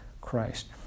Christ